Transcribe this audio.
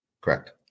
Correct